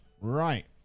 Right